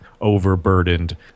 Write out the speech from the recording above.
overburdened